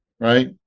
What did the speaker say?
right